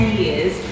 years